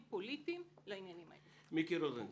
בטרוניה על העלאת מחזה הסטירה "מלכת אמבטיה" של חנוך לוין,